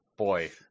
boy